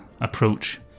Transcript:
approach